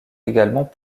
également